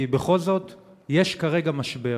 כי בכל זאת יש כרגע משבר.